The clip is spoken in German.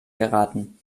geraten